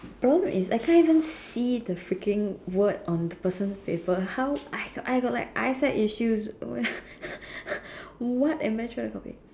the problem is I can't even see the fricking word on the person's paper how I got I got like eyesight issues what am I trying to copy